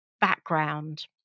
background